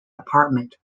apartment